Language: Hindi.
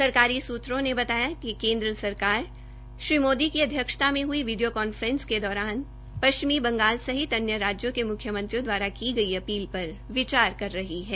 सरकारी सुत्रों ने बताया कि केन्द्र सरकार श्री मोदी की अध्यक्षता में हई वीडियो कॉन्फ्रेंस के दौरान पश्चिमी बंगाल सहित अन्य राज्यों के मुख्यमंत्रियों द्वारा की गई अपील पर विचार कर रही है